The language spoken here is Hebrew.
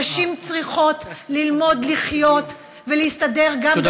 נשים צריכות ללמוד לחיות ולהסתדר גם, תודה רבה.